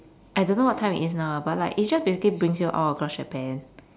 I don't know what time it is now ah but it just basically brings you across japan